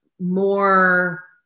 more